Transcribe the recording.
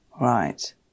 Right